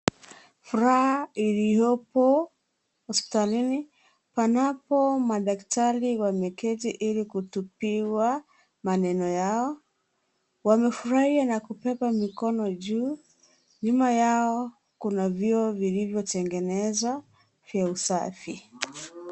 Furaha iliopo hospitalini, panapo madaktari wameketi ili kutubiwa, maneno yao, wamefurahia na kupepa mikono juu, nyuma yao, kuna vyoo vilivyo tengenezwa, vya usafi.